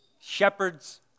Shepherds